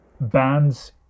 bands